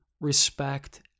respect